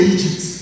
Egypt